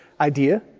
idea